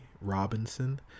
Robinson